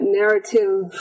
narrative